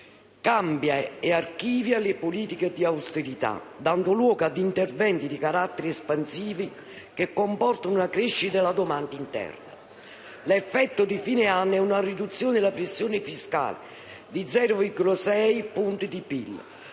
cambia e archivia le politiche di austerità, dando luogo ad interventi di carattere espansivo che comportano una crescita della domanda interna. L'effetto di fine anno è una riduzione della pressione fiscale di 0,6 punti di PIL,